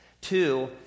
Two